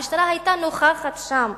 המשטרה היתה נוכחת שם.